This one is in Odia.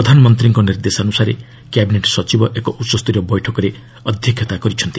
ପ୍ରଧାନମନ୍ତ୍ରୀଙ୍କ ନିର୍ଦ୍ଦେଶାନୁସାରେ କ୍ୟାବିନେଟ୍ ସଚିବ ଏକ ଉଚ୍ଚସ୍ତରୀୟ ବୈଠକରେ ଅଧ୍ୟକ୍ଷତା କରିଥିଲେ